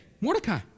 Mordecai